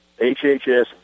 HHS